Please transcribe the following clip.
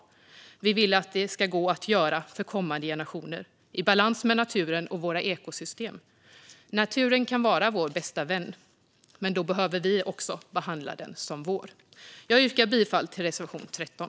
Vi vill att detta ska gå att göra för kommande generationer, i balans med naturen och våra ekosystem. Naturen kan vara vår bästa vän, men då behöver vi också behandla den som vår. Jag yrkar bifall till reservation 13.